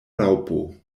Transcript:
raŭpo